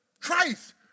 Christ